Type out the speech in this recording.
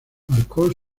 marcó